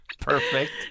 Perfect